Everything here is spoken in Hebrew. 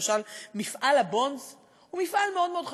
למשל מפעל ה"בונדס" הוא מפעל מאוד מאוד חשוב.